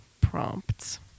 prompts